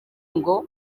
ngo